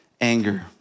anger